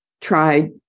tried